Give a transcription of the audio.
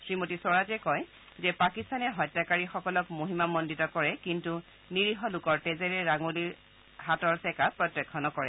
শ্ৰীমতী স্বৰাজে কয় যে পাকিস্তানে হত্যাকাৰীসকলক মহিমামণ্ডিত কৰে কিন্তু নিৰীহ লোকৰ তেজেৰে ৰাঙলীৰ হাতৰ চেকা প্ৰত্যক্ষ নকৰে